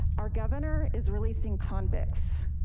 our governor is releasing convicts.